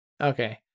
Okay